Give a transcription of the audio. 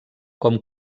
com